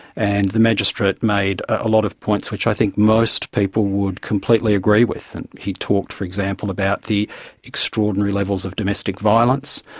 and the magistrate made a lot of points which i think most people would completely agree with. and he talked, for example, about the extraordinary levels of domestic violence,